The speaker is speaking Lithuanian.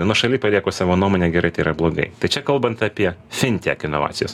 nuošaly palieku savo nuomonę gerai tai yra blogai tačiau kalbant apie fintek inovacijas